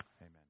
Amen